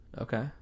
Okay